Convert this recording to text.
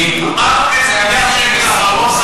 ויש לכם את התקציב לתקן.